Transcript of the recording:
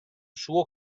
suo